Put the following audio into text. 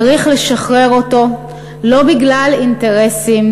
צריך לשחרר אותו לא בגלל אינטרסים,